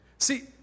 See